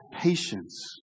patience